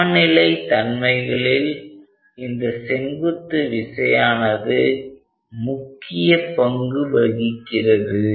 சமநிலை தன்மைகளில் இந்த செங்குத்து விசையானது முக்கிய பங்கு வகிக்கிறது